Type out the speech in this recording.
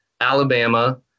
alabama